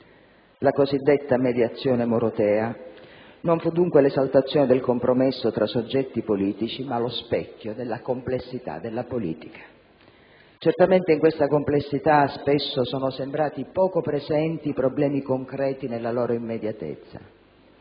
La cosiddetta mediazione morotea non fu dunque l'esaltazione del compromesso tra soggetti politici, ma lo specchio della complessità della politica. Certamente in questa complessità spesso sono sembrati poco presenti i problemi concreti nella loro immediatezza.